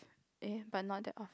eh but not that